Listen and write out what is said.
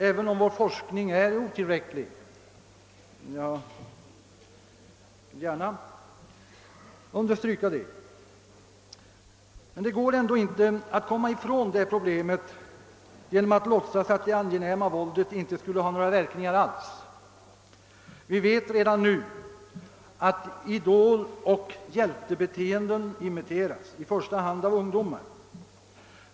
Även om vår forskning är otillräcklig — jag vill gärna understryka det — går det inte att komma ifrån detta problem genom att låtsas att det angenäma vål det inte skulle ha några verkningar alls. Vi vet redan nu att idoloch hjältebeteenden imiteras, i första hand av ungdomar.